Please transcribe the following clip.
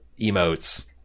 emotes